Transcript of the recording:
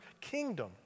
kingdom